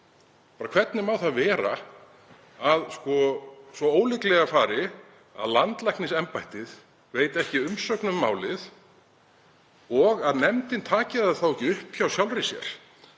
vera? Hvernig má það vera að svo ólíklega fari að landlæknisembættið veiti ekki umsögn um málið og að nefndin taki það ekki upp hjá sjálfri sér